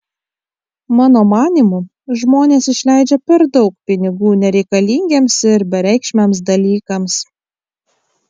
mano manymu žmonės išleidžia per daug pinigų nereikalingiems ir bereikšmiams dalykams